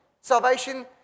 Salvation